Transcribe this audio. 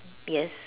yes